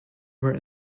were